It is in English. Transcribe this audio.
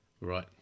Right